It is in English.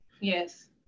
Yes